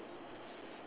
sorry